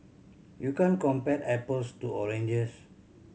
you can't compare apples to oranges